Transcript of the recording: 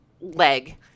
leg